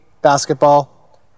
basketball